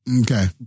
Okay